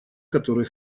которые